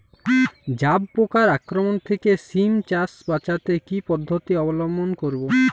জাব পোকার আক্রমণ থেকে সিম চাষ বাচাতে কি পদ্ধতি অবলম্বন করব?